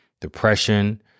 depression